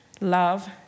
Love